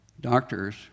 doctors